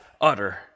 utter